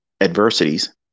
adversities